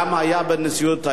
גם היה בנשיאות.